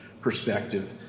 perspective